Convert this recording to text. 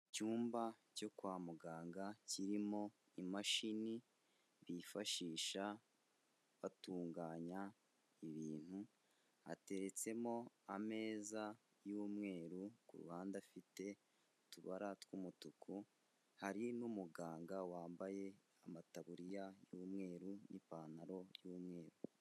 Icyumba cyo kwa muganga kirimo imashini bifashisha batunganya ibintu, hateretsemo ameza y'umweru kuruhande afite utubara tw'umutuku, hari n'umuganga wambaye amataburiya y'umweru n'ipantaro y'umweru.